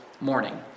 morning